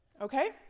Okay